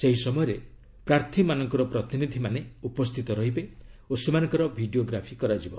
ସେହି ସମୟରେ ପ୍ରାର୍ଥୀମାନଙ୍କର ପ୍ରତିନିଧିମାନେ ଉପସ୍ଥିତ ରହିବେ ଓ ସେମାନଙ୍କର ଭିଡ଼ିଓଗ୍ରାଫି କରାଯିବ